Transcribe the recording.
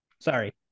Sorry